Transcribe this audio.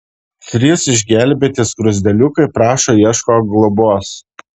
trys išgelbėti skruzdėliukai prašo ieško globos